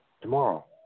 Tomorrow